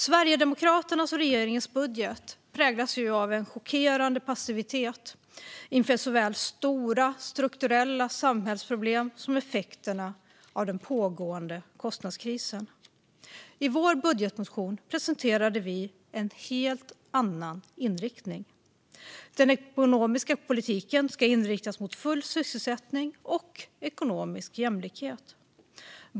Sverigedemokraternas och regeringens budget präglas av en chockerande passivitet inför såväl stora strukturella samhällsproblem som effekterna av den pågående kostnadskrisen. I vår budgetmotion presenterar vi en helt annan inriktning. Den ekonomiska politiken ska inriktas på full sysselsättning och ekonomisk jämlikhet.